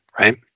right